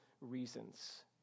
reasons